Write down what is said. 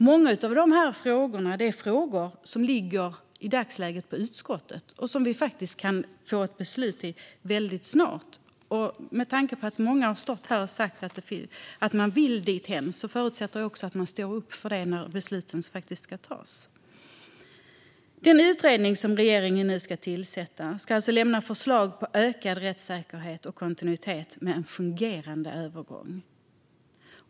Många av dessa frågor ligger i dagsläget på utskottet, och vi kan faktiskt få ett beslut i dem väldigt snart. Med tanke på att många här har sagt att de vill dithän förutsätter jag att de står upp för det när besluten ska tas. Den utredning som regeringen ska tillsätta ska alltså lämna förslag på ökad rättssäkerhet och kontinuitet med en fungerande övergång.